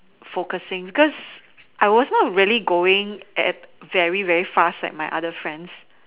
focusing because I was not really going at very very fast like my other friends